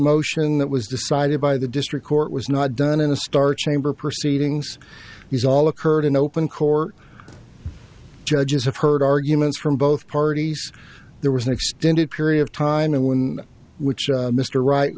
motion that was decided by the district court was not done in a star chamber proceedings is all occurred in open court judges have heard arguments from both parties there was an extended period of time when which mr right